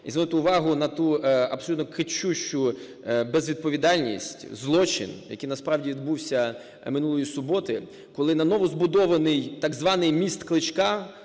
і звернути увагу на ту абсолютно кричущу безвідповідальність, злочин, який насправді відбувся минулої суботи, коли на новозбудований так званий "міст Кличка",